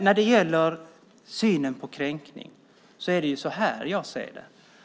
När det gäller synen på kränkning är det så här jag ser det.